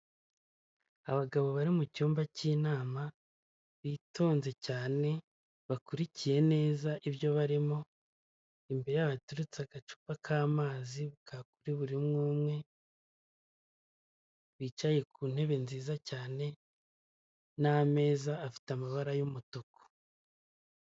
Abagabo bari mu cyumba cy'inama, bitonze cyane bakurikiye neza ibyo barimo, imbere yabo hateretse agacupa k'amazi, kuri buri umwe umwe, bicaye ku ntebe nziza cyane, n'ameza afite amabara y'umutuku.